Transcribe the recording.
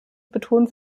betont